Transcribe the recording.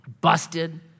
busted